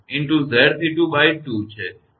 𝑍𝑐22 છે